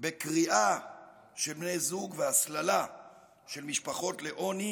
בקריעה של בני זוג והסללה של משפחות לעוני